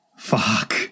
fuck